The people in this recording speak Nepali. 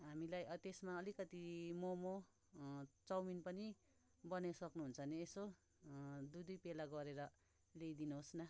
हामीलाई त्यसमा अलिकति मोमो चाउमिन पनि बनाइ सक्नुहुन्छ भने यसो दुई दुई पेला गरेर ल्याइदिनुहोस् न